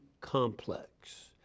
Complex